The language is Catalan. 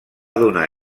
donar